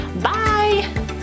Bye